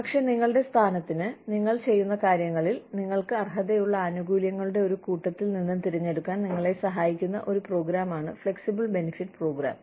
പക്ഷേ നിങ്ങളുടെ സ്ഥാനത്തിന് നിങ്ങൾ ചെയ്യുന്ന കാര്യങ്ങളിൽ നിങ്ങൾക്ക് അർഹതയുള്ള ആനുകൂല്യങ്ങളുടെ ഒരു കൂട്ടത്തിൽ നിന്ന് തിരഞ്ഞെടുക്കാൻ നിങ്ങളെ സഹായിക്കുന്ന ഒരു പ്രോഗ്രാമാണ് ഫ്ലെക്സിബിൾ ബെനിഫിറ്റ് പ്രോഗ്രാം